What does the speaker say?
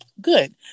good